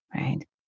right